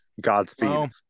Godspeed